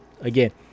again